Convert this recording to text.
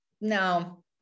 No